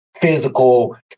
physical